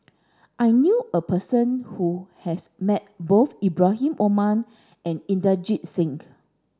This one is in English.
I knew a person who has met both Ibrahim Omar and Inderjit Singh